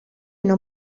non